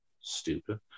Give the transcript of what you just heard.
stupid